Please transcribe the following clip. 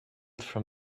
from